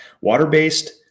Water-based